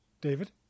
David